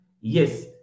Yes